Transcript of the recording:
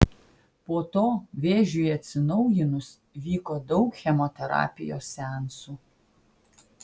po to vėžiui atsinaujinus vyko daug chemoterapijos seansų